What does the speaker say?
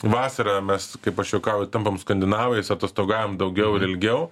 vasarą mes kaip aš juokauju tampam skandinavais atostogaujam daugiau ir ilgiau